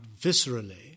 viscerally